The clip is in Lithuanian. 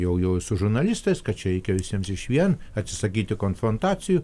jau jau ir su žurnalistas kad čia reikia visiems išvien atsisakyti konfrontacijų